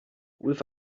with